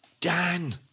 Dan